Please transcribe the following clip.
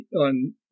on